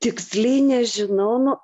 tiksliai nežinau nu